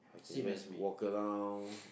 I can just walk around